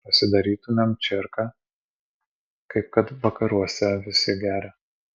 pasidarytumėm čerką kaip kad vakaruose visi geria